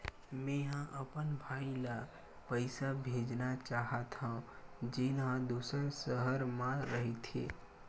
मेंहा अपन भाई ला पइसा भेजना चाहत हव, जेन हा दूसर शहर मा रहिथे